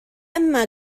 yma